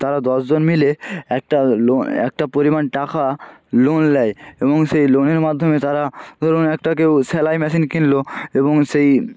তারা দশ জন মিলে একটা লোন একটা পরিমাণ টাকা লোন নেয় এবং সেই লোনের মাধ্যমে তারা ধরুন একটা কেউ সেলাই মেশিন কিনলো এবং সেই